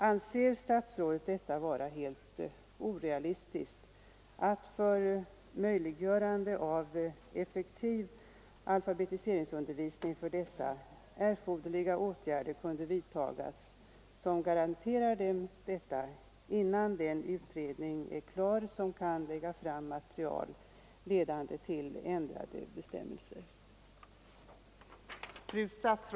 Anser statsrådet det vara helt orealistiskt att för möjliggörande av effektiv alfabetiseringsundervisning för dessa människor erforderliga åtgärder vidtas som garanterar dem detta, innan den utredning är klar som kan lägga fram material vilket kan leda till ändrade bestämmelser?